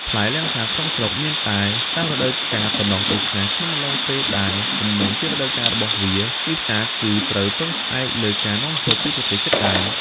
ផ្លែលាំងសាតក្នុងស្រុកមានតែតាមរដូវកាលប៉ុណ្ណោះ ដូច្នេះក្នុងអំឡុងពេលដែលមិនមែនជារដូវកាលរបស់វា ទីផ្សារគឺត្រូវពឹងផ្អែកលើការនាំចូលពីប្រទេសជិតដែរ។